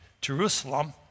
Jerusalem